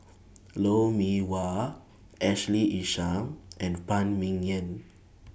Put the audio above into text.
Lou Mee Wah Ashley Isham and Phan Ming Yen